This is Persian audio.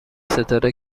ستاره